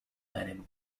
lenin